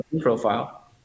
profile